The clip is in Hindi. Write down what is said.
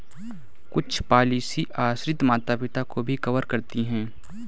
कुछ पॉलिसी आश्रित माता पिता को भी कवर करती है